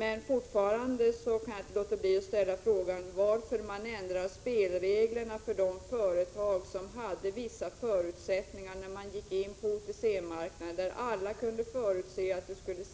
Jag kan heller inte låta bli att fortsätta att fråga varför man ändrar spelreglerna för de företag som hade vissa förutsättningar när de gick in på OTC-marknaden. Alla kunde förutse att det skulle